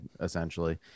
essentially